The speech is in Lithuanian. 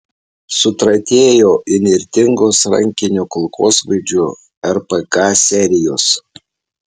sutratėjo įnirtingos rankinio kulkosvaidžio rpk serijos